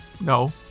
No